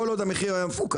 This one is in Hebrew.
כל עוד המחיר היה מפוקח,